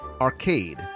Arcade